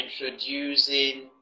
introducing